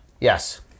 Yes